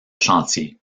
chantier